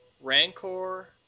Rancor